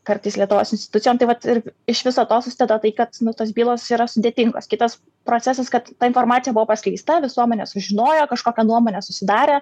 kartais lietuvos institucijom taip pat ir iš viso to susideda tai kad nu tos bylos yra sudėtingos kitas procesas kad ta informacija buvo paskleista visuomenė sužinojo kažkokią nuomonę susidarė